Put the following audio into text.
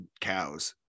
cows